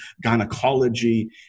gynecology